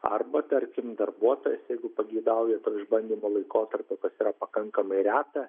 arba tarkim darbuotojas jeigu pageidauja išbandymo laikotarpiu kas yra pakankamai reta